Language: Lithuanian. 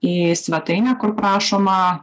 į svetainę kur prašoma